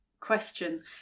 question